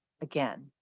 again